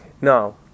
Now